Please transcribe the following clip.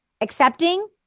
Accepting